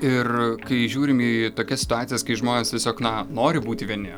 ir kai žiūrim į tokias situacijas kai žmonės tiesiog na nori būti vieni